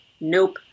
Nope